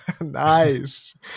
nice